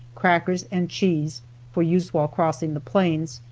crackers and cheese for use while crossing the plains,